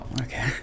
okay